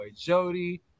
Jody